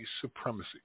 Supremacy